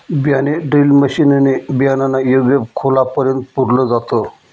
बियाणे drill machine ने बियाणांना योग्य खोलापर्यंत पुरल जात